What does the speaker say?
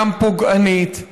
גם פוגענית,